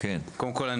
קודם כל,